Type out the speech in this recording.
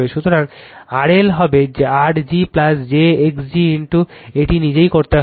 সুতরাং RL হবে R g j x g X এটি নিজেই করতে পারে